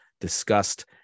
discussed